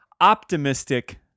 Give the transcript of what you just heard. optimistic